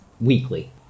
weekly